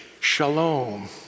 Shalom